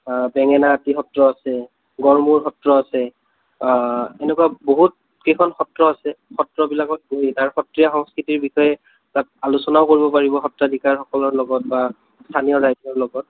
বেঙেনাআটী সত্ৰ আছে গড়মূৰ সত্ৰ আছে আ এনেকুৱা বহুত কেইখন সত্ৰ আছে সত্ৰবিলাকত তাৰ সত্ৰীয়া সংস্কৃতিৰ আলোচনাও কৰিব পাৰিব সত্ৰাধিকাৰৰ লগত বা স্থানীয় ৰাইজৰ লগত